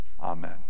Amen